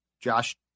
Josh